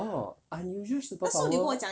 oh unusual superpower